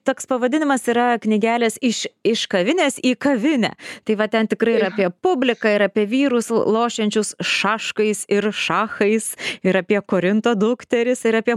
toks pavadinimas yra knygelės iš iš kavinės į kavinę tai va ten tikrai ir apie publiką ir apie vyrus lošiančius šaškais ir šachais ir apie korinto dukteris ir apie